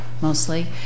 mostly